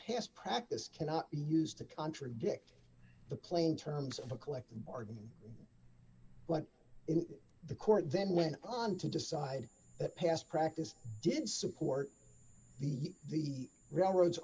past practice cannot be used to contradict the plain terms of a collective bargain but in the court then went on to decide that past practice did support the the railroads